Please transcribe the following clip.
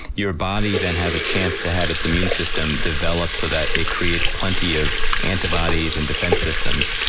your body then has a chance to have its immune system developed so that it creates plenty of antibodies and defense systems.